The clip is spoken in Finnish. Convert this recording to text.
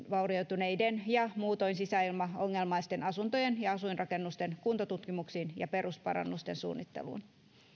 ja muutoin sisäilmaongelmaisten asuntojen ja asuinrakennusten kuntotutkimuksiin ja perusparannusten suunnitteluun